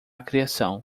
criação